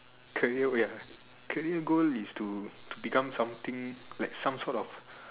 career wait ah career goal is to to become something like some sort of